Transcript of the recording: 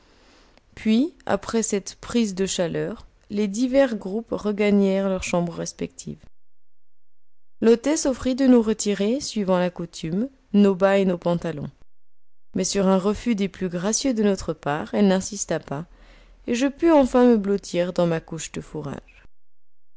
puis après cette prise de chaleur les divers groupes regagnèrent leurs chambres respectives l'hôtesse offrit de nous retirer suivant la coutume nos bas et nos pantalons mais sur un refus des plus gracieux de notre part elle n'insista pas et je pus enfin me blottir dans ma couche de fourrage